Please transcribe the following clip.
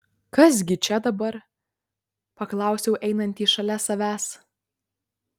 kas gi čia dabar paklausiau einantį šalia savęs